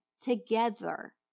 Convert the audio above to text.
together